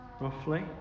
roughly